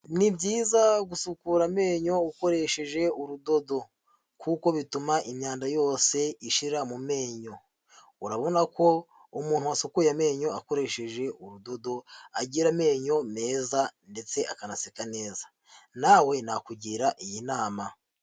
Ni byiza gusukura amenyo ukoresheje urudodo kuko bituma imyanda yose ishira mu menyo, urabona ko umuntu wasukuye amenyo akoresheje urudodo, agira amenyo meza ndetse akanaseka neza, nawe nakugira iyi nama.